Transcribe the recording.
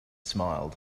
smiled